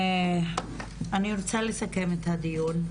אני רוצה לסכם את הדיון.